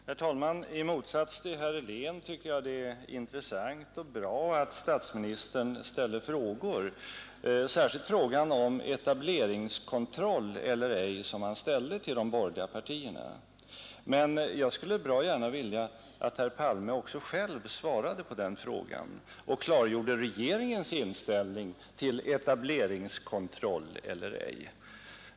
Herr talman! I motsats till herr Helén tycker jag det är intressant och bra att statsministern ställer frågor, och särskilt bra var frågan om etableringskontroll eller inte, som han ställde till de borgerliga partierna. Men jag skulle bra gärna vilja att herr Palme själv svarade på den frågan och klargjorde regeringens inställning till frågan om etableringskontroll eller ej.